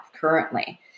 currently